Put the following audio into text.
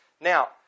Now